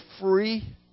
free